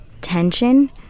tension